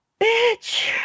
bitch